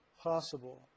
possible